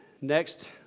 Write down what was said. Next